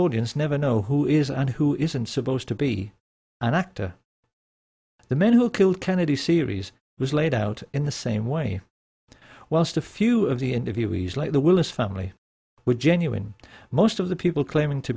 audience never know who is and who isn't supposed to be an actor the men who killed kennedy series was laid out in the same way whilst a few of the interviewees like the willis family were genuine most of the people claiming to